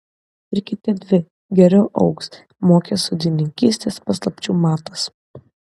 pirkite dvi geriau augs mokė sodininkystės paslapčių matas